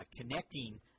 connecting